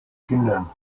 kindern